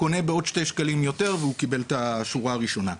קונה בשני שקלים יותר ומקבל את השורה הראשונה.